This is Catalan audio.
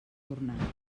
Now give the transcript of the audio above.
tornar